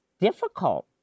difficult